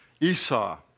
Esau